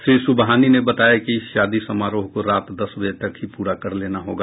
श्री सुबहानी ने बताया कि शादी समारोह को रात दस बजे तक ही पूरा कर लेना होगा